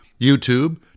YouTube